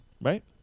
right